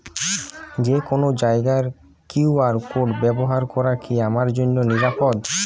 যে কোনো জায়গার কিউ.আর কোড ব্যবহার করা কি আমার জন্য নিরাপদ?